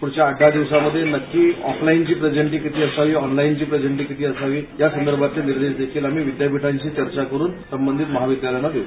पूढच्या आठ दहा दिवसामध्ये नक्की ऑफलाईन ची प्रेझेंटी किती असावी ऑनलाईनची प्रेझेंटी किती असावी यासंदर्भातील निर्देश देखील आम्ही विद्यापीठाशी चर्चा करुन संबधित महाविद्यालयाला देऊ